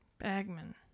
Bagman